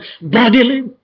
bodily